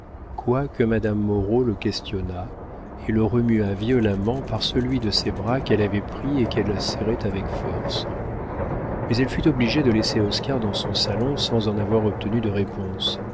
quoique madame moreau le questionnât et le remuât violemment par celui de ses bras qu'elle avait pris et qu'elle serrait avec force mais elle fut obligée de laisser oscar dans son salon sans en avoir obtenu de réponse